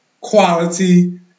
quality